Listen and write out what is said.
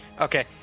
Okay